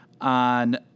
on